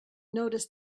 noticed